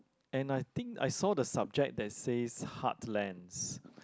and I think I saw the subject that says heart lands